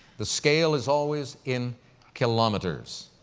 the scale is always in kilometers.